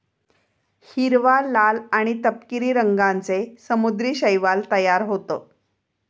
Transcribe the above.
हिरवा, लाल आणि तपकिरी रंगांचे समुद्री शैवाल तयार होतं